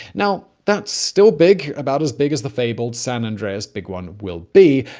now that's still big. about as big as the fabled san andreas big one will be.